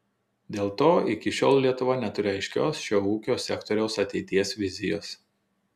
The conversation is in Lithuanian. dėl to iki šiol lietuva neturi aiškios šio ūkio sektoriaus ateities vizijos